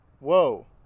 Whoa